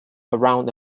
around